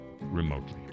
remotely